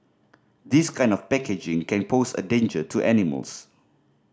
this kind of packaging can pose a danger to animals